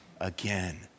again